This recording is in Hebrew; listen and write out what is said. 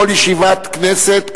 כל ישיבת כנסת,